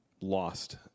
lost